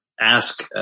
ask